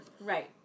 Right